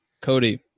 Cody